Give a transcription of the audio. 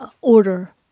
order